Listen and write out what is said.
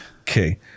Okay